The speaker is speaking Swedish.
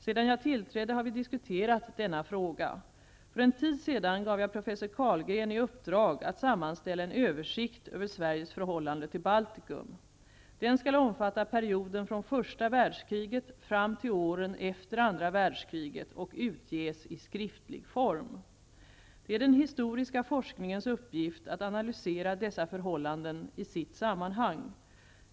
Sedan jag tillträdde har vi diskuterat denna fråga. För en tid sedan gav jag professor Carlgren i uppdrag att sammanställa en översikt över Sveriges förhållande till Baltikum. Den skall omfatta perioden från första världskriget fram till åren efter andra världskriget och utges i skriftlig form. Det är den historiska forskningens uppgift att analysera dessa förhållanden i sitt sammanhang.